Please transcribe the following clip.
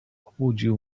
obudził